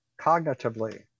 cognitively